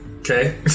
Okay